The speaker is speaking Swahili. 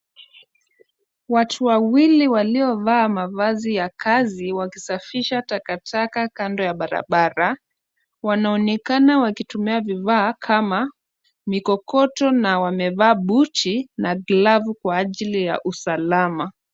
Watu wawili waliovaa mavazi ya kazi wakisafisha takataka kando ya barabara. Wanaonekana wakitumia vifaa kama mikokoto na wamevaa buti na glavu kwa ajili ya usalama.